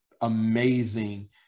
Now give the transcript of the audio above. amazing